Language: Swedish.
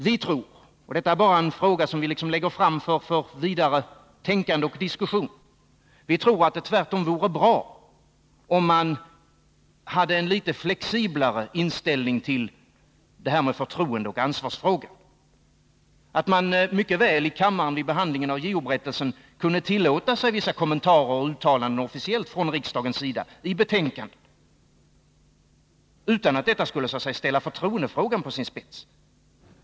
Vi tror — detta är bara en synpunkt som vi för fram för vidare tänkande och diskussion — att det tvärtom vore bra om man hade en litet flexiblare inställning till förtroendeoch ansvarsfrågan. Man skulle från riksdagens sida vid behandlingen av JO-berättelsen i kammaren mycket väl i betänkanden kunna tillåta sig vissa officiella kommentarer och uttalanden utan att det skulle ställa förtroendefrågan på sin spets.